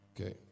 Okay